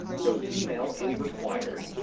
so email is required.